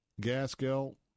Gaskell